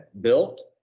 built